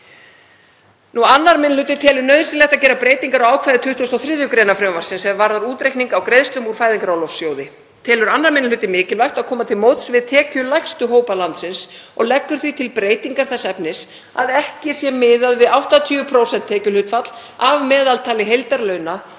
Annar minni hluti telur nauðsynlegt að gera breytingar á ákvæði 23. gr. frumvarpsins er varðar útreikning á greiðslum úr Fæðingarorlofssjóði. Telur 2. minni hluti mikilvægt að koma til móts við tekjulægstu hópa landsins og leggur því til breytingar þess efnis að ekki sé miðað við 80% tekjuhlutfall af meðaltali heildarlauna